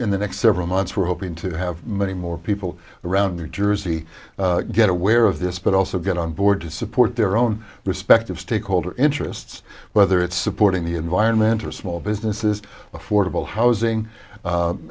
in the next several months we're hoping to have many more people around their jersey get aware of this but also get on board to support their own respective stakeholder interests whether it's supporting the environment or small businesses affordable housing